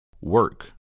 work